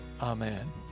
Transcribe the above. Amen